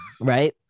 right